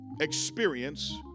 experience